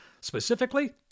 Specifically